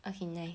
okay nice